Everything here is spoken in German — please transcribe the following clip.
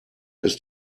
ist